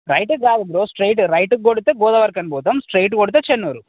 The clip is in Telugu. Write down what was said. రైటుకి కాదు బ్రో స్ట్రైటు రైటుకి కొడితే గోదావరిఖని పోతాం స్ట్రైట్ కొడితే చెన్నూరు